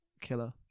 Killer